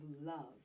love